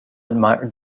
admired